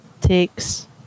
takes